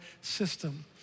system